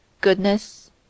goodness